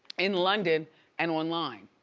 in london and online.